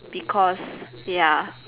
because ya